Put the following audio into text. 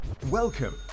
Welcome